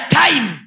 time